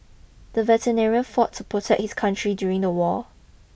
the veteran fought to protect his country during the war